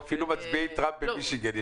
אפילו מצביעי טראמפ במישיגן,